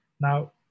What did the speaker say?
Now